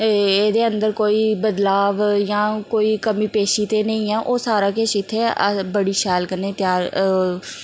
एह्दे अंदर कोई बदलाव जां कोई कमी पेशी ते नेईं ऐ ओह् सारा किश इत्थें बड़ी शैल कन्नै